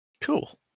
Cool